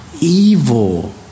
evil